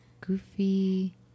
Goofy